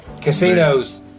Casinos